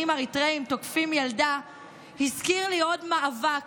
אריתריאים תוקפים ילדה הזכיר לי עוד מאבק